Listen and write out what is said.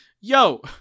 yo